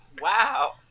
Wow